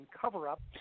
Cover-Up